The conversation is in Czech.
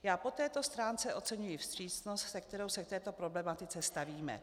Já po této stránce oceňuji vstřícnost, se kterou se k této problematice stavíme.